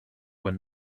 were